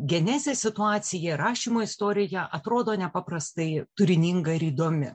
genezės situacija rašymo istorija atrodo nepaprastai turininga ir įdomi